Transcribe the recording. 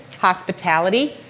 hospitality